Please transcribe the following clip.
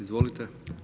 Izvolite.